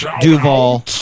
Duval